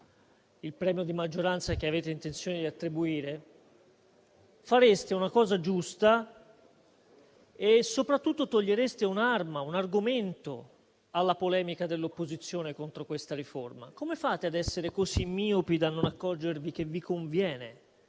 il premio di maggioranza che avete intenzione di attribuire, fareste una cosa giusta e soprattutto togliereste un'arma e un argomento alla polemica dell'opposizione contro questa riforma. Come fate ad essere così miopi da non accorgervi che vi conviene